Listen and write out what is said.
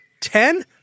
ten